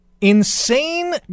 insane